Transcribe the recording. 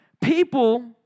People